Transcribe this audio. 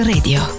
Radio